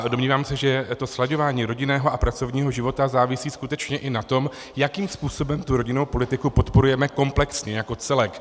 Domnívám se, že slaďování rodinného a pracovního života závisí skutečně i na tom, jakým způsobem tu rodinnou politiku podporujeme komplexně, jako celek.